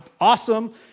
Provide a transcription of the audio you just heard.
awesome